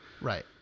right